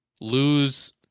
lose